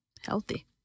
Healthy